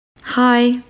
Hi